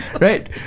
right